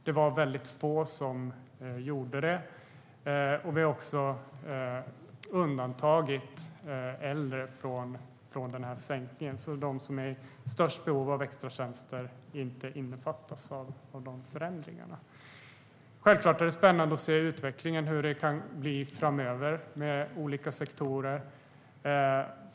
Det var få som berördes, och vi har även undantagit äldre från sänkningen. De som är i störst behov av extra tjänster omfattas alltså inte av förändringarna. Självklart är det spännande att se utvecklingen - hur det kan bli framöver med olika sektorer.